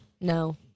No